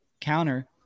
counter